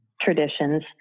traditions